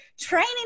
training